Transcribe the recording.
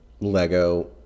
lego